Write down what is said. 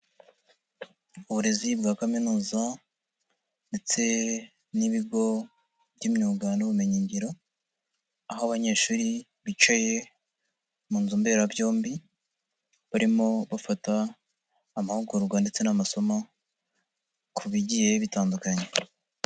Uburezi bwa kaminuza ndetse n'ibigo by'imyuga n'ubumenyingiro, aho abanyeshuri bicaye mu nzu mberabyombi, barimo bafata amahugurwa ndetse n'amasomo ku bigiye bitandukanye.